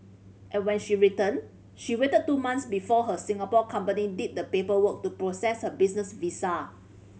and when she returned she waited two months before her Singapore company did the paperwork to process her business visa